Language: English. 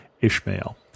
Ishmael